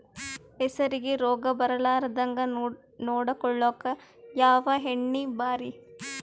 ಹೆಸರಿಗಿ ರೋಗ ಬರಲಾರದಂಗ ನೊಡಕೊಳುಕ ಯಾವ ಎಣ್ಣಿ ಭಾರಿ?